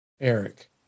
Eric